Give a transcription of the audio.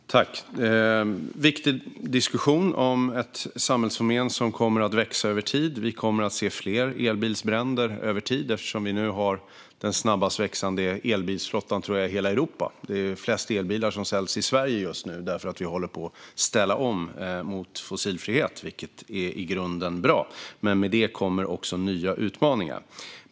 Fru talman! Detta är en viktig diskussion om ett samhällsfenomen som kommer att växa över tid. Vi kommer att se fler elbilsbränder över tid eftersom vi nu har den snabbast växande elbilsflottan - tror jag - i hela Europa. Det säljs flest elbilar i Sverige just nu, för vi håller på att ställa om till fossilfrihet. Detta är i grunden bra, men med det kommer också nya utmaningar.